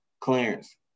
clearance